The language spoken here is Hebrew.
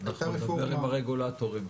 אנחנו נדבר עם הרגולטורים.